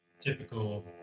typical